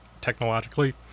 technologically